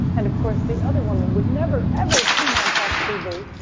and of course, the other woman would never ever turn on fox tv,